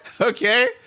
okay